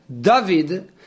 David